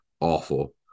awful